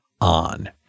on